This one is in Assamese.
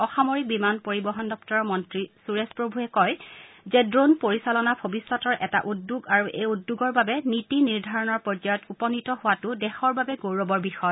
অসামৰিক বিমান পৰিবহন দপ্তৰৰ মন্ত্ৰী সুৰেশ প্ৰভুৱে কয় যে ড্ৰোন পৰিচালনা ভৱিষ্যতৰ এটা উদ্যোগ আৰু এই উদ্যোগৰ বাবে নীতি নিৰ্ধাৰণৰ পৰ্যায়ত উপনীত হোৱাটো দেশৰ বাবে গৌৰৱৰ বিষয়